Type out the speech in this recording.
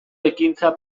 ekintza